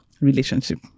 relationship